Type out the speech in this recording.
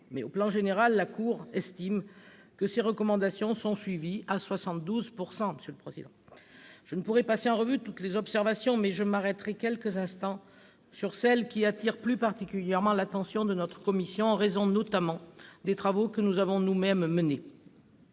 sur le plan général, la Cour estime que ses recommandations sont suivies à 72 %. Je ne pourrai passer en revue toutes les observations, mais je m'arrêterai quelques instants sur celles qui attirent plus particulièrement l'attention de la commission des finances en raison, notamment, des travaux qu'elle a elle-même menés.